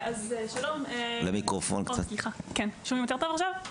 שלום לכולם,